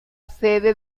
sede